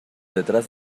detrás